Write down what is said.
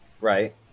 Right